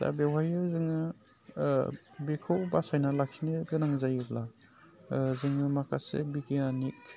दा बेवहायबो जोङो बेखौ बासायना लाखिनो गोनां जायोब्ला जोङो माखासे बिगियाननि